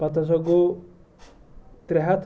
پتہٕ ہسا گوٚو ترٛےٚ ہتھ